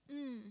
mm